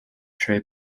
trey